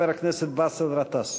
חבר הכנסת באסל גטאס.